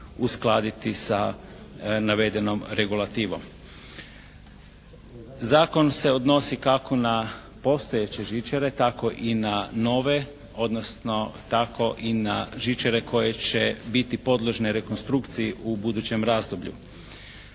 uskladiti sa navedenom regulativom. Zakon se odnosi kako na postojeće žičare tako i na nove odnosno tako i na žičare koje će biti podložne rekonstrukciji u budućem razdoblju.